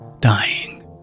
dying